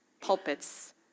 pulpits